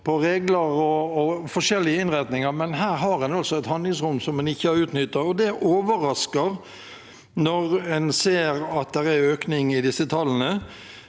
regler og forskjellige innretninger, men her har en altså et handlingsrom som en ikke har utnyttet. Det er overraskende når en ser at det er økning i disse talle